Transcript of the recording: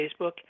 Facebook